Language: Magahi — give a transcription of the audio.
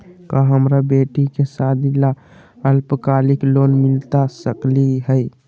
का हमरा बेटी के सादी ला अल्पकालिक लोन मिलता सकली हई?